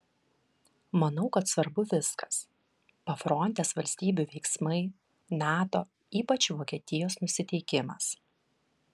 manau kad svarbu viskas pafrontės valstybių veiksmai nato ypač vokietijos nusiteikimas